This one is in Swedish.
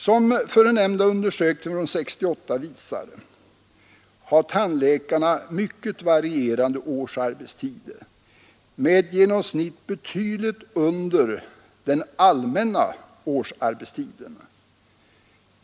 Som förenämnda undersökning från 1968 visar har tandläkarna mycket varierande årsarbetstider med ett genomsnitt betydligt under den allmänna årsarbetstiden.